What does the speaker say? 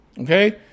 Okay